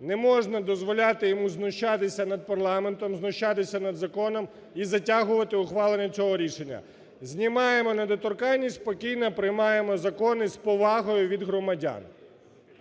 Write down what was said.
не можна дозволяти йому знущатися над парламентом, знущатися над законом і затягувати ухвалення цього рішення. Знімаємо недоторканність, спокійно приймаємо закони з повагою від громадян.